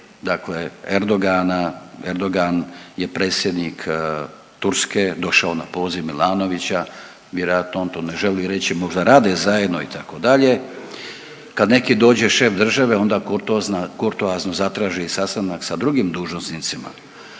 Erdogan je predsjednik Turske došao na poziv Milanovića, vjerojatno on to ne želi reći, možda rade zajedno itd. Kad neki dođe šef države onda kurtoazno zatraži sastanak sa drugim dužnosnicima.